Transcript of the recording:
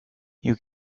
you